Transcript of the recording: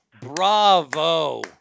Bravo